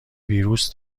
ویروس